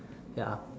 ya